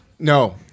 No